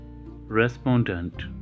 Respondent